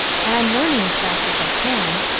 and i'm learning as fast as i can.